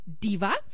diva